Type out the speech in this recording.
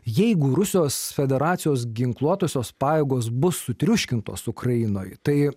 jeigu rusijos federacijos ginkluotosios pajėgos bus sutriuškintos ukrainoj tai